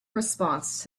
response